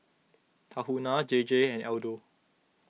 Tahuna J J and Aldo